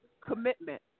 commitment